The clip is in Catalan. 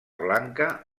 blanca